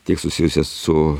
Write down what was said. tiek susijusias su